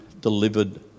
delivered